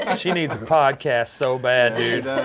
and she needs a podcast so bad, dude.